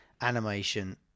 animation